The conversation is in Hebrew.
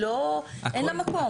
אין לה מקום.